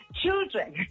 children